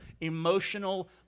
emotional